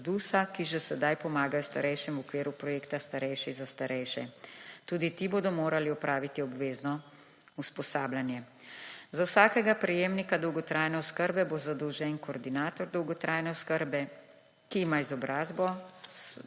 ZDUS-a, ki že sedaj pomagajo starejšim v okviru projekta starejši za starejše. Tudi ti bodo morali opraviti obvezno usposabljanje. Za vsakega prejemnika dolgotrajne oskrbe bo zadolžen koordinator dolgotrajne oskrbe, ki ima izobrazbo